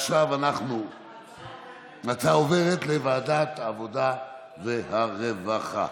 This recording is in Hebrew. ההצעה עוברת לוועדת העבודה והרווחה.